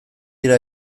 dira